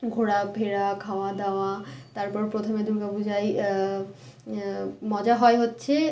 ঘোরা ফেরা খাওয়া দাওয়া তারপর প্রথমে দুর্গা পূজায় মজা হয় হচ্ছে